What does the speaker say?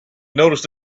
noticed